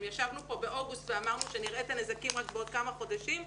אם ישבנו כאן באוגוסט ואמרנו שנראה את הנזקים רק בעוד כמה חודשים,